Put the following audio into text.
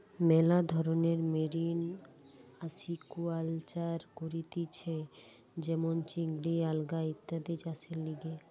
মেলা ধরণের marine aquaculture করতিছে যেমন চিংড়ি, আলগা ইত্যাদি চাষের লিগে